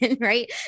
right